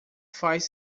faz